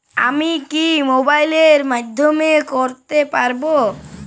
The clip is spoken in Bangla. আমি কি মোবাইলের মাধ্যমে করতে পারব?